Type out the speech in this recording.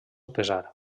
pesar